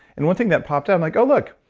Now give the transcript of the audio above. and one thing that popped up, i'm like, oh look.